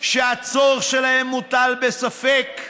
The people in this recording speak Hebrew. שהצורך שלהן מוטל בספק,